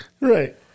Right